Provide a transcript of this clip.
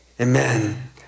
Amen